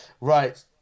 Right